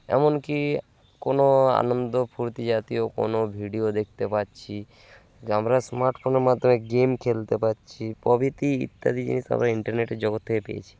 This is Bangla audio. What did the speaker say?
এমনকি কোনো আনন্দ ফুর্তি জাতীয় কোনো ভিডিও দেখতে পাচ্ছি আমরা স্মার্টফোনের মাধ্যমে গেম খেলতে পারছি প্রভৃতি ইত্যাদি জিনিস আমরা ইন্টারনেটের জগতে থেকে পেয়েছি